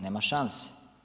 Nema šanse.